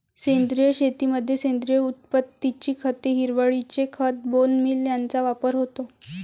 सेंद्रिय शेतीमध्ये सेंद्रिय उत्पत्तीची खते, हिरवळीचे खत, बोन मील यांचा वापर होतो